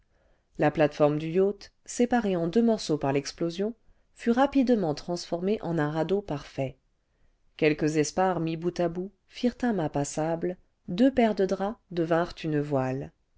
la plate iorme du yacht séparée en deux morceaux par l'explosion fut rapidement transformée en un radeau parfait quelques espars mis bout à bout firent un mât passable deux panes de draps devinrent une voile